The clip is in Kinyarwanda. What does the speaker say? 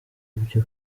ibyo